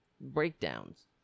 breakdowns